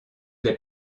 les